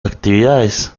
actividades